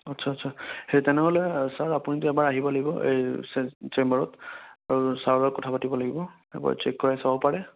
আচ্ছা আচ্ছা সেই তেনেহ'লে ছাৰ আপুনিটো এবাৰ আহিব লাগিব এই চেম্বাৰত আৰু ছাৰৰ লগত কথা পাতিব লাগিব এবাৰ চেক কৰাই চাব পাৰে